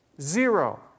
Zero